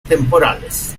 temporales